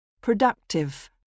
Productive